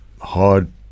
hard